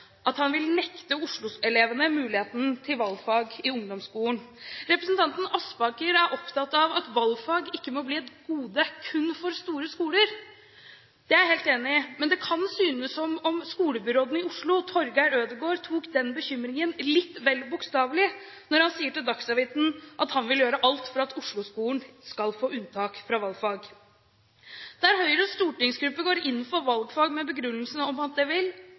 at han vil nekte Oslo-elevene muligheten til valgfag i ungdomsskolen. Representanten Aspaker er opptatt av at valgfag ikke må bli et gode kun for store skoler – det er jeg helt enig i, men det kan synes som om skolebyråden i Oslo, Torger Ødegaard, tok den bekymringen litt vel bokstavelig da han sa til Dagsavisen at han vil gjøre alt for at Osloskolen skal få unntak fra valgfag. Der Høyres stortingsgruppe går inn for valgfag med begrunnelsen om at det vil